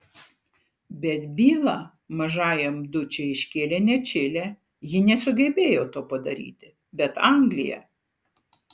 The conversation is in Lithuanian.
bet bylą mažajam dučei iškėlė ne čilė ji nesugebėjo to padaryti bet anglija